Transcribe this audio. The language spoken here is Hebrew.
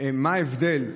מה ההבדל.